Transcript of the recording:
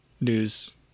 news